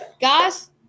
guys